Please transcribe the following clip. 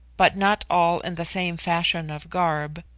but not all in the same fashion of garb,